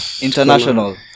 international